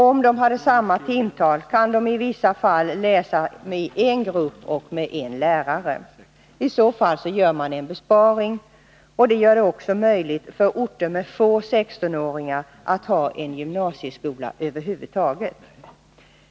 Om de har samma timtal, kan de i vissa fall läsai en grupp och med en lärare. I så fall gör man en besparing. Detta gör det också möjligt för orter med få 16-åringar att ha en gymnasieskola över huvud taget.